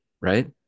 right